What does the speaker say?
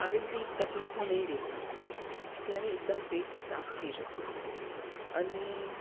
આવી બધી તકલીફો નહીં રહેતી ત્યારે એકદમ પેટ સાફ થઈ જતું હતું અને